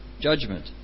judgment